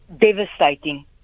Devastating